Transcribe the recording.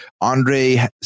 andre